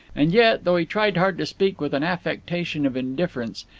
and yet, though he tried hard to speak with an affectation of indifference,